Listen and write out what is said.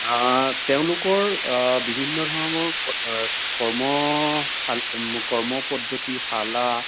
তেওঁলোকৰ বিভিন্ন ধৰণৰ কৰ্ম কৰ্ম পদ্ধতিশালা